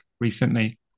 recently